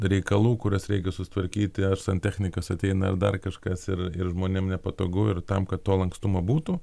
reikalų kuriuos reikia susitvarkyti ar santechnikas ateina ar dar kažkas ir ir žmonėm nepatogu ir tam kad to lankstumo būtų